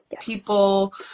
people